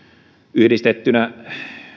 yhdistettynä